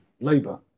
labour